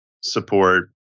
support